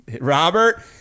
Robert